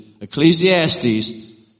Ecclesiastes